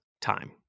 time